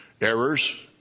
errors